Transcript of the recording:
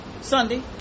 Sunday